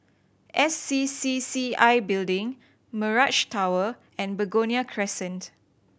S C C C I Building Mirage Tower and Begonia Crescent